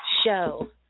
show